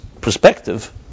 perspective